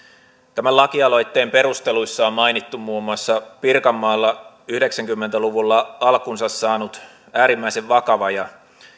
tämän lakialoitteen perusteluissa on mainittu muun muassa pirkanmaalla yhdeksänkymmentä luvulla alkunsa saanut äärimmäisen vakava ja